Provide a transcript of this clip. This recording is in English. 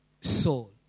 soul